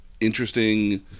interesting